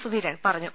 സുധീരൻ പറഞ്ഞു